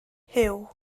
huw